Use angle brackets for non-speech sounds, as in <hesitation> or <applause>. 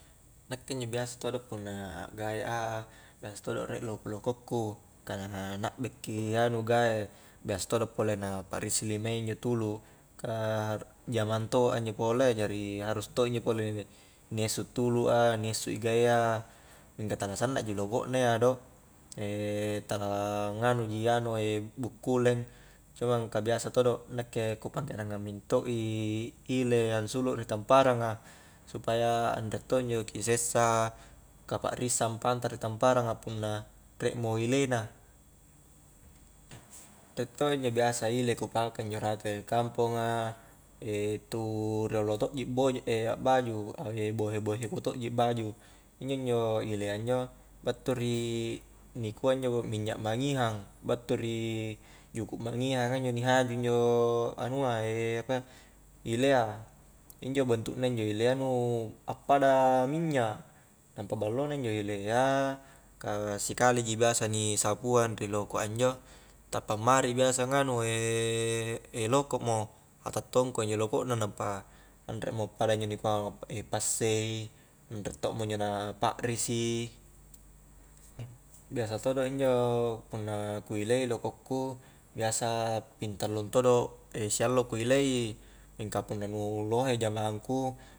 Nakke injo biasa todo' punna akgae a biasa todo riek loko-lokokku, ka na abbe ki anu gae, biasa todo pole na pakrisilimayya injo tulu', ka jamang to a injo pole jari harus to injo pole ni essu tulu a, ni essu i gae a mingka tala sanna ji loko' na iya do <hesitation> tala nganu ji anu <hesitation> bukkuleng, cumang ka biasa todo' nakke ku ngerangngang mento' i ile ansulu ri tamparanga supaya anre to injo ki sessa ka pakrisang pantara ri tamparang a punna riek mo ile na rike to injo biasa ile ku pake injo rate ri kamponga <hesitation> tu riolo to'ji bo <hesitation> akbaju <hesitation> bohe-bohe ku to'ji akbaju, injo-injo ilea injo battu ri nikua injo minnya mangihang battu ri, juku' mangihang a injo ni haju injo <hesitation> anua <hesitation> apayya ilea, injo bentu'na injo ilea nu appada minnya nampa ballo na injo ilea, ka sikali ji biasa ni sapuang ri loko a injo tappa mari biasa nganu <hesitation> loko' mo, a ta'tongko injo loko'na nampa anre mo pada injo nikua <hesitation> passei, anre to'mo injo na pakrisi biasa todo injo punna ku ilei loko'ku biasa ping tallu todo <hesitation> si allo ku ilei, mingka punna nu lohe jamang ku